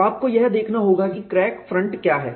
तो आपको यह देखना होगा कि क्रैक फ्रंट क्या है